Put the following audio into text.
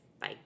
Bye